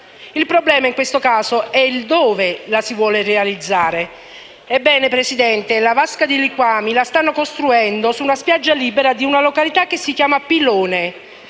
Il problema, in questo caso, è dove la si vuole realizzare. Presidente, la vasca di liquami la stanno costruendo su una spiaggia libera di una località che si chiama Pilone;